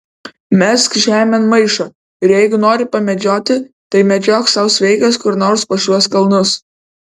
mesk žemėn maišą ir jeigu nori pamedžioti tai medžiok sau sveikas kur nors po šiuos kalnus